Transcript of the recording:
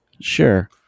sure